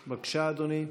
בבקשה, אדוני.